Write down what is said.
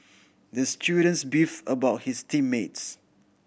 the students beefed about his team mates